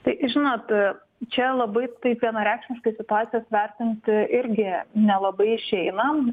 tai žinot čia labai taip vienareikšmiškai situacijos vertinti irgi nelabai išeina